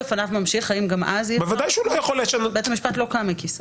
בית המשפט לא קם מכיסאו.